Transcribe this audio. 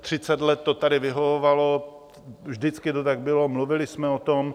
Třicet let to tady vyhovovalo, vždycky to tak bylo, mluvili jsme o tom.